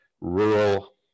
rural